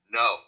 no